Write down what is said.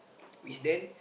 we stand